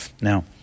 Now